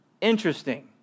Interesting